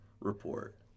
report